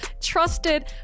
trusted